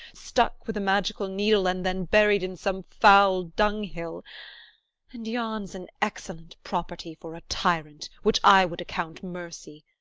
stuck with a magical needle, and then buried in some foul dunghill and yon s an excellent property for a tyrant, which i would account mercy.